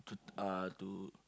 to uh to